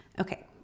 Okay